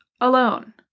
alone